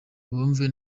bumve